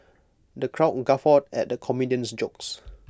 the crowd guffawed at the comedian's jokes